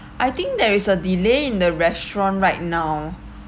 I think there is a delay in the restaurant right now